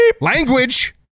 Language